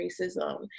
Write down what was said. racism